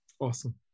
Awesome